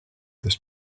this